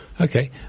Okay